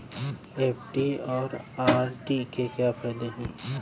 FD और RD के क्या फायदे हैं?